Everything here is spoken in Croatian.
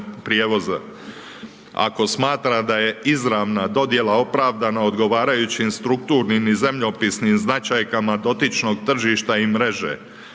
prijevoza, ako smatra da je izravna dodjela opravdana odgovarajućim strukturni i zemljopisnim značajka dotičnog tržišta i mreže,